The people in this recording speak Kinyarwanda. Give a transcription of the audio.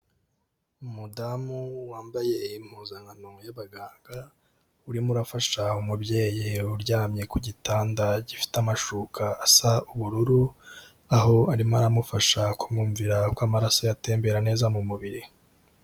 Umudamu wambaye impuzankano y'abaganga, urimo urafasha umubyeyi uryamye ku gitanda gifite amashuka asa ubururu, aho arimo aramufasha kumwumvira uko amaraso ye atembera neza mu mubiri.